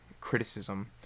criticism